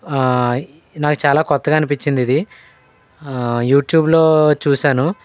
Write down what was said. నాకు చాలా కొత్తగా అనిపించింది యూట్యూబ్లో చూసాను